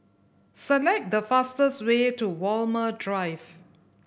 select the fastest way to Walmer Drive